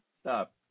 Stop